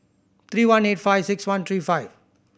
three one eight five six one three five